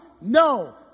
No